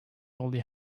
only